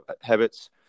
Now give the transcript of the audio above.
habits